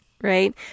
right